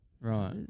Right